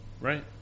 right